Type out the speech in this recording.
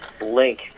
link